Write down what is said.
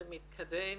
זה מתקדם